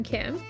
Kim